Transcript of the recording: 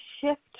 shift